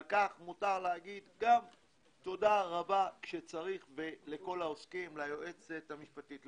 מותר להגיד תודה רבה כשצריך - ליועצת המשפטית,